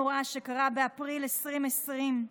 הן 1,034 דירות,